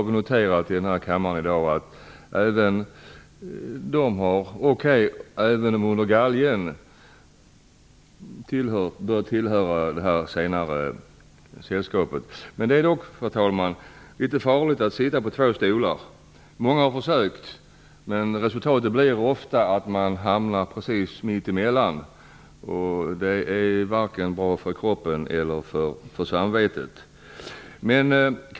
Vi har i denna kammare i dag noterat att det, om än under galgen, kommit att tillhöra det senare sällskapet. Det är dock, herr talman, litet farligt att sitta på två stolar samtidigt. Många har försökt, men resultatet blir ofta att man hamnar precis mittemellan, och det är inte bra vare sig för kroppen eller för samvetet.